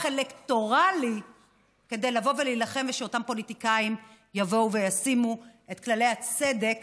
אלקטורלי כדי לבוא ולהילחם ושאותם פוליטיקאים יבואו וישימו את כללי הצדק